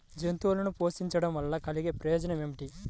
జంతువులను పోషించడం వల్ల కలిగే ప్రయోజనం ఏమిటీ?